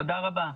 תודה רבה.